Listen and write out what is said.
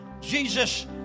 Jesus